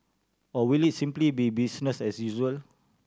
or will it simply be business as usual